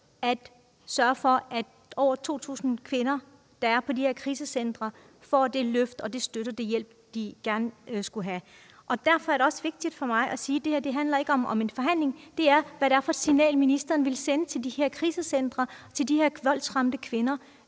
at sørge for, at de over 2.000 kvinder, der er på de her krisecentre, får det løft og den støtte og den hjælp, de gerne skulle have. Derfor er det også vigtigt for mig at sige, at det her ikke handler om en forhandling, men om, hvad det er for et signal, ministeren vil sende til de her krisecentre, til de her voldsramte kvinder.